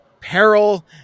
peril